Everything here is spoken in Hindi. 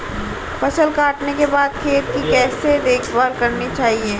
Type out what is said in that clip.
फसल काटने के बाद खेत की कैसे देखभाल करनी चाहिए?